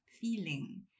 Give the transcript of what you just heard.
feeling